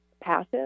passive